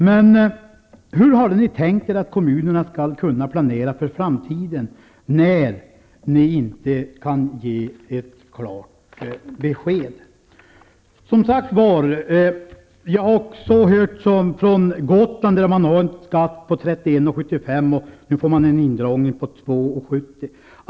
Men hur hade ni tänkt er att kommunerna skall kunna planera för framtiden när ni inte kan ge ett klart besked? Vi har också hört från Gotland där man har en skatt på 31,75 och får en indragning på 2,70.